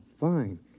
Fine